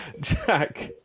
jack